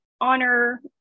honor